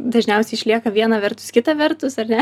dažniausiai išliaka viena vertus kita vertus ar ne